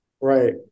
Right